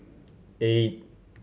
eight